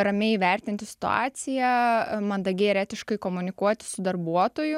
ramiai įvertinti situaciją mandagiai ir etiškai komunikuoti su darbuotoju